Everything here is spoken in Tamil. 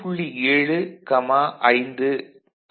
7 வோல்ட் 5 வோல்ட் ஆகும்